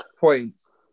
points